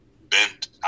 bent